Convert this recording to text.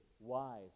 wise